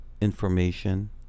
information